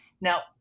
Now